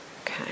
Okay